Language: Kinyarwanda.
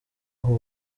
huye